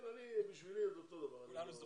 בשבילי זה אותו דבר.